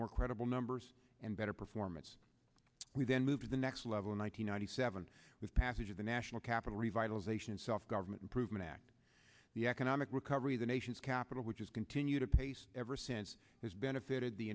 more credible numbers and better performance we then moved to the next level in one thousand nine hundred seven with passage of the national capital revitalization self government improvement act the economic recovery the nation's capital which is continue to pace ever since has benefited the